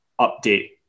update